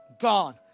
gone